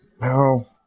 No